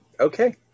Okay